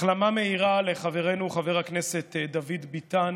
החלמה מהירה לחברנו חבר הכנסת דוד ביטן